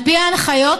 על פי ההנחיות,